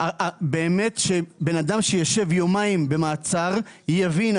באמת כשבן אדם ישב יומיים במעצר הוא יבין.